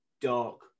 dark